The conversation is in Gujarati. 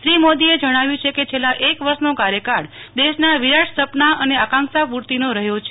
શ્રી મોદીએ જણાવ્યું છ કે છેલ્લા એક વર્ષનો કાયકાળ દેશના વિરાટ સપના અને આકાંક્ષા પૂર્તિ નો રહયો છે